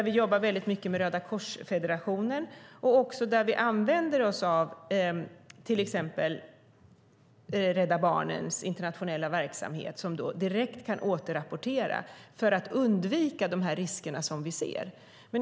Vi jobbar mycket med Röda Kors-federationen och använder oss av exempelvis Rädda Barnens internationella verksamhet, som direkt kan återrapportera för att undvika de risker som vi ser finns.